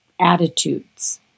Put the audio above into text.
attitudes